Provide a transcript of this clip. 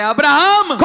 Abraham